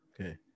okay